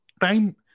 time